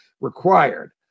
required